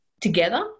together